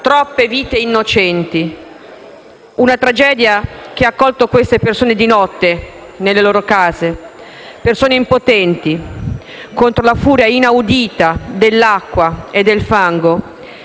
troppe vite innocenti. Una tragedia che ha colto queste persone di notte, nelle loro case. Persone impotenti contro la furia inaudita dell'acqua e del fango,